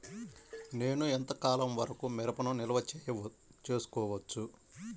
నేను ఎంత కాలం వరకు మిరపను నిల్వ చేసుకోవచ్చు?